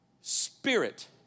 spirit